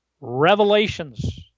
revelations